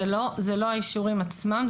זה לא האישורים עצמם.